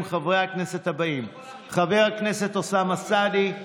חברי הכנסת הבאים: חבר הכנסת אוסאמה סעדי,